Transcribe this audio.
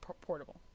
Portable